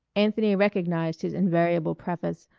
anthony recognized his invariable preface,